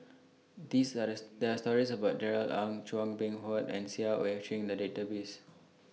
These Are There Are stories about Darrell Ang Chua Beng Huat and Seah EU Chin in The Database